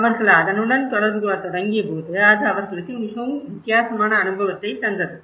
அவர்கள் அதனுடன் தொடர்பு கொள்ளத் தொடங்கியபோது அது அவர்களுக்கு மிகவும் வித்தியாசமான அனுபவத்தை தந்தது